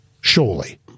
surely